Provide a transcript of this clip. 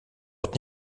ort